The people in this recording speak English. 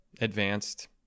advanced